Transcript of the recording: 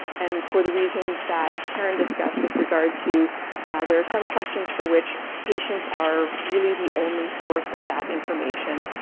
and for the reasons that caren discussed with regard to there are some questions for which patients are really the only source of that information,